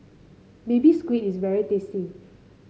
Baby Squid is very tasty